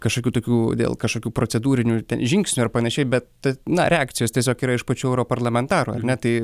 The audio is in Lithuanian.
kažkokių tokių dėl kažkokių procedūrinių žingsnių ar panašiai bet na reakcijos tiesiog yra iš pačių europarlamentarų ar ne tai